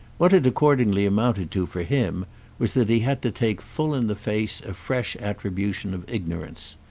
what it accordingly amounted to for him was that he had to take full in the face a fresh attribution of ignorance.